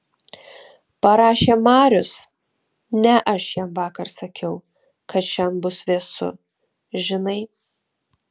parašė marius ne aš jam vakar sakiau kad šian bus vėsu žinai